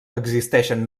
existeixen